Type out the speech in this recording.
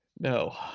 No